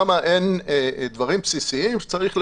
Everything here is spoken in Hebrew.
למה אין דברים בסיסיים שצריך לשים.